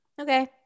okay